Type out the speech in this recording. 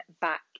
back